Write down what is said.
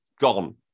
gone